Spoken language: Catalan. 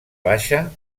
baixa